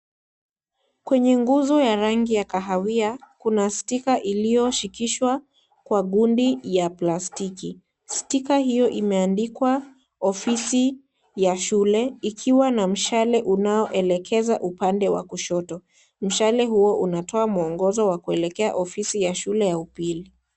Kwenye nguzo ya rangi ya kahawia kuna stika iliyoshikishwa kwa gundi ya plastiki, stika hiyo imeandikwa ofisi ya shule ikiwa na mshale unaolekeza upande wa kushoto, mshale huo unatoa mwongozo wa kuelekea ofisi ya shule ya upili.